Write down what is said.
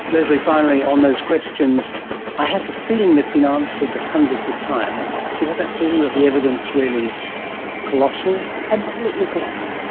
lesley, finally on those questions i have the feeling they've been answered hundreds of times. do you have that feeling, that the evidence really is colossal? absolutely colossal.